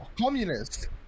communist